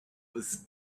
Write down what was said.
was